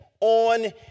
on